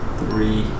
three